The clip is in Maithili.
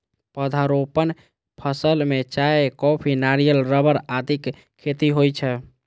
पौधारोपण फसल मे चाय, कॉफी, नारियल, रबड़ आदिक खेती होइ छै